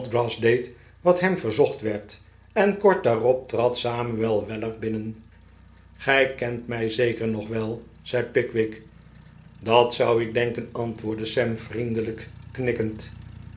deed wat hem verzocht werd en kort daarop trad samuel weller binnen gij kent mij zeker nog wel zei pickwick dat zou ik denken antwoordde sam vriendelijk